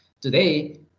Today